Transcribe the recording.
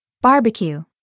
Barbecue